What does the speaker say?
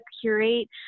curate